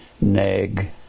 Neg